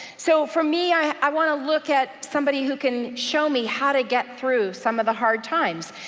so for me, i want to look at somebody who can show me how to get through some of the hard times,